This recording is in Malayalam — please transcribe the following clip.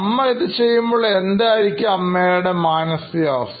അമ്മ ഇത് ചെയ്യുമ്പോൾ എന്തായിരുന്നു അമ്മയുടെ മാനസിക അവസ്ഥ